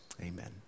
Amen